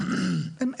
כן,